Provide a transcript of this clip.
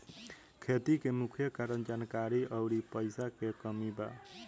खेती के मुख्य कारन जानकारी अउरी पईसा के कमी बा